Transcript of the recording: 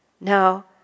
Now